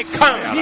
come